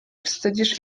wstydzisz